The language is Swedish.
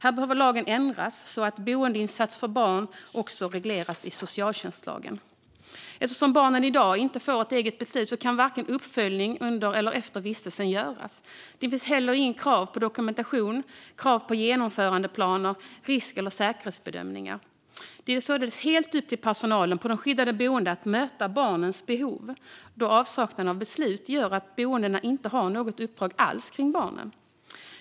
Här behöver lagen ändras så att boendeinsats för barn också regleras i socialtjänstlagen. Eftersom barnet i dag inte får ett eget beslut kan uppföljning inte göras vare sig under eller efter vistelsen. Det finns heller inga krav på dokumentation, genomförandeplaner eller risk och säkerhetsbedömningar. Det är således helt upp till personalen på de skyddade boendena att möta barnens behov, då avsaknaden av beslut gör att boendena inte har något uppdrag alls kring barnen.